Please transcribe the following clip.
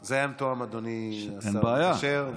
לך, זה היה מתואם, אדוני השר המקשר.